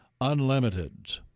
Unlimited